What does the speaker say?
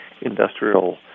industrial